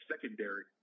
secondary